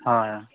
ᱦᱳᱭ